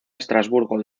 estrasburgo